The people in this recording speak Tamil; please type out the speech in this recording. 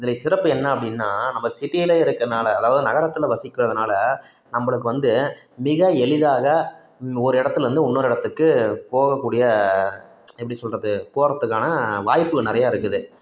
இதில் சிறப்பு என்ன அப்படின்னா நம்ம சிட்டிலே இருக்கனால் அதாவது நகரத்தில் வசிக்கிறதுனால் நம்மளுக்கு வந்து மிக எளிதாக ஒரு இடத்துல வந்து இன்னொரு இடத்துக்கு போகக்கூடிய எப்படி சொல்வது போவதுக்கான வாய்ப்புகள் நிறைய இருக்குது